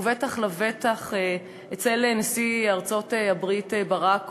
ובטח ובטח אצל נשיא ארצות-הברית ברק אובמה,